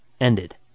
ended